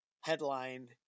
headline